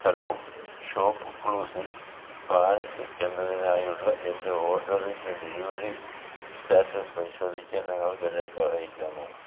hello ഷോപ്പ്ക്ലൂസിൽ pants എന്നതിനായുള്ള എൻ്റെ ഓർഡറിൻ്റെ ഡെലിവറി സ്റ്റാറ്റസ് പരിശോധിക്കാൻ നിങ്ങൾക്ക് എന്നെ സഹായിക്കാമോ